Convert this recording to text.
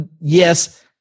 yes